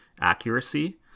accuracy